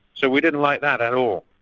so we didn't like that at all.